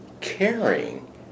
caring